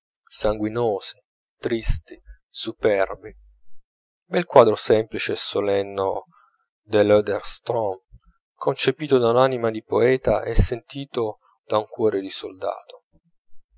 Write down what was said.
sanguinosi tristi superbi bel quadro semplice e solenne dell'oederstrom concepito da un'anima di poeta e sentito da un cuor di soldato